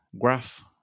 graph